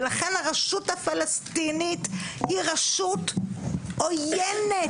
ולכן הרשות הפלסטינית היא רשות עוינת